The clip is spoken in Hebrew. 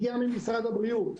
לחזרה הגיעה ממשרד הספורט,